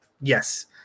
Yes